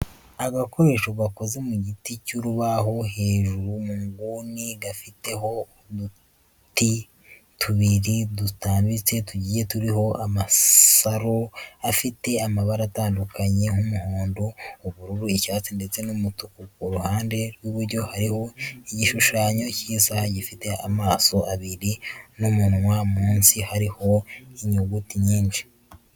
Agakoresha gakoze mu giti cy'urubaho, hejuru mu nguni gafiteho uduti tubiri dutambitse, tugiye turiho amasaro afite amabara atandukanye nk'umuhondo, ubururu, icyatsi, ndetse n'umutuku. Ku ruhande ry'iburyo hariho igishushanyo cy'isaha gifite amaso abiri n'umunwa, munsi hariho inyuguti nyinshi.